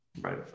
Right